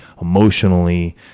emotionally